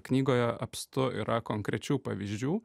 knygoje apstu yra konkrečių pavyzdžių